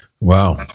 Wow